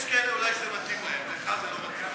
יש כאלה אולי שזה מתאים להם, לך זה לא מתאים.